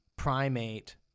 primate